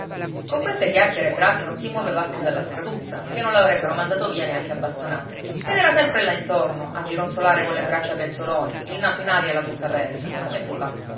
con queste chiacchiere brasi non si moveva più dalla straduzza che non l'avrebbero mandato via neanche a bastonate ed era sempre là intorno a gironzolare colle braccia penzoloni il naso in aria e la bocca aperta come giufà